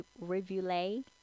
rivulet